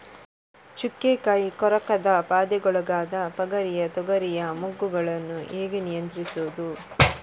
ಚುಕ್ಕೆ ಕಾಯಿ ಕೊರಕದ ಬಾಧೆಗೊಳಗಾದ ಪಗರಿಯ ತೊಗರಿಯ ಮೊಗ್ಗುಗಳನ್ನು ಹೇಗೆ ನಿಯಂತ್ರಿಸುವುದು?